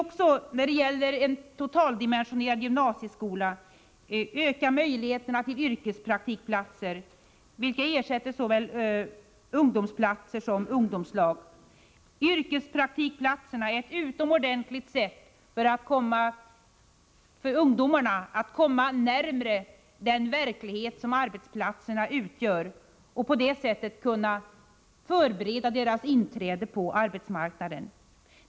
Inom ramen för en totaldimensionerad gymnasieskola vill vi öka möjligheterna till yrkespraktikplatser, vilka skulle ersätta såväl ungdomsplatser som ungdomslag. Yrkespraktikplatserna är ett utomordentligt sätt för ungdomarna att komma närmare den verklighet som arbetsplatserna utgör. Därmed förbereds ungdomarnas inträde på arbetsmarknaden.